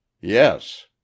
Yes